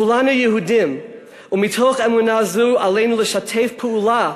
כולנו יהודים, ומתוך אמונה זו עלינו לשתף פעולה,